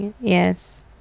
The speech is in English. Yes